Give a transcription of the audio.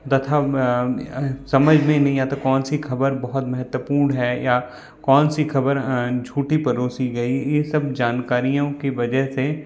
तथा समझ में नहीं आता कौन सी ख़बर बहुत महत्वपूर्ण है या कौन सी ख़बर झूठी परोसी गई ये सब जानकारियों की वजह से